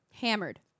Hammered